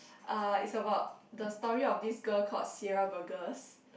uh it's about the story of this girl called Sierra Burgess